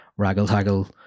raggle-taggle